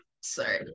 Sorry